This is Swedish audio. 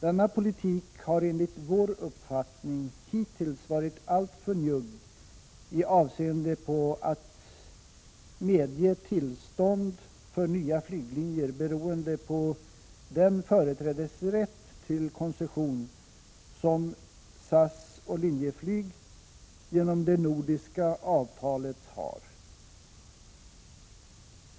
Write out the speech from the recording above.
Denna politik har enligt vår uppfattning hittills varit alltför njugg när det gäller att medge tillstånd för nya flyglinjer, beroende på den företrädesrätt till koncession som SAS och Linjeflyg genom det nordiska avtalet har.